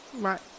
right